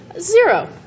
Zero